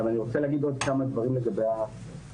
אני רוצה להגיד עוד כמה דברים לגבי הניתוחים.